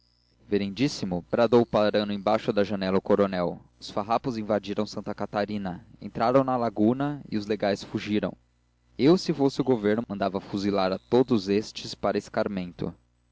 cavalo reverendíssimo bradou parando embaixo da janela o coronel os farrapos invadiram santa catarina entraram na laguna e os legais fugiram eu se fosse o governo mandava fuzilar a todos estes para escarmento